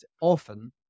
often